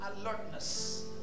alertness